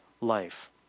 life